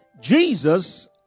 Jesus